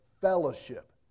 fellowship